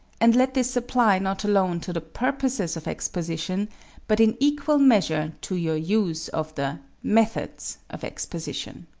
and let this apply not alone to the purposes of exposition but in equal measure to your use of the methods of exposition